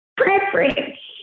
preference